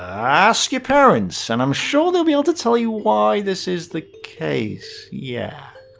ask your parents and i'm sure they'll be able to tell you why this is the case. yeah